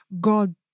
God